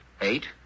Eight